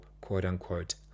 quote-unquote